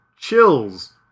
chills